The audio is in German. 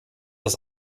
aus